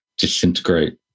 Disintegrate